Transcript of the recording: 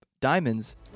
Diamonds